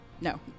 No